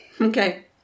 Okay